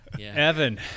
Evan